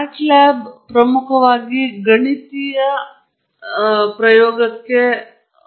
ನಾನು ಮೊದಲೇ ಉಪನ್ಯಾಸದಲ್ಲಿ ಉಲ್ಲೇಖಿಸಿದ ಕೇಸ್ ಸ್ಟಡಿ ಪುಸ್ತಕವು ಸಿಸ್ಟಮ್ ಗುರುತಿನ ತತ್ವಗಳ ಕೆಳಭಾಗದಲ್ಲಿ ನೀಡಲಾಗಿದೆ